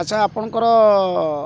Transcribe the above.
ଆଚ୍ଛା ଆପଣଙ୍କର